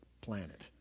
planet